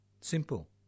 Simple